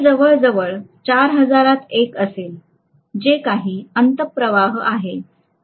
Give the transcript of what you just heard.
हे जवळजवळ 14000 असेल जे काही अंतःप्रवाह आहे